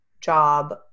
job